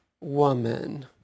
woman